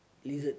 lizard